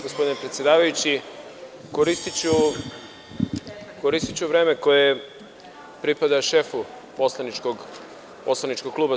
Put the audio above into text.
Gospodine predsedavajući, koristiću vreme koje pripada šefu poslaničkog klupa SPS.